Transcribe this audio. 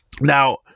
now